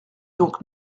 donc